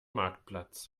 marktplatz